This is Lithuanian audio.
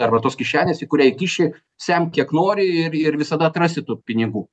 arba tos kišenės į kurią įkiši semk kiek nori ir ir visada atrasi tų pinigų